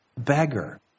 beggar